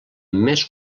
més